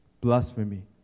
Blasphemy